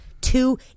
two